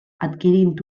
adquirint